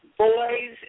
Boys